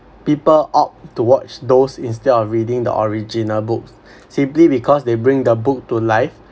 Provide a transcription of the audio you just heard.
people opt to watch those instead of reading the original books simply because they bring the book to life